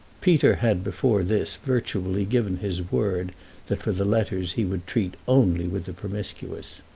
peter had before this virtually given his word that for the letters he would treat only with the promiscuous.